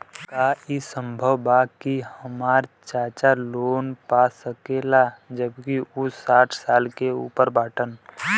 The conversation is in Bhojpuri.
का ई संभव बा कि हमार चाचा लोन पा सकेला जबकि उ साठ साल से ऊपर बाटन?